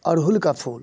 अढ़हूल का फूल